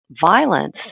violence